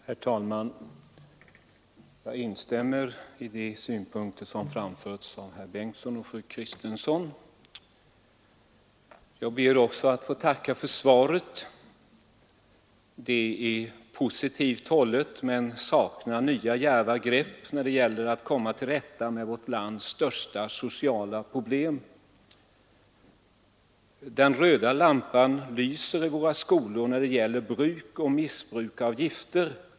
Herr talman! Jag instämmer i de synpunkter som framförts av herr Bengtsson i Göteborg och fru Kristensson. Jag ber också att få tacka för svaret. Det är positivt hållet men saknar nya djärva grepp när det gäller att komma till rätta med vårt lands största sociala problem. Den röda lampan lyser i våra skolor när det gäller bruk och missbruk av gifter.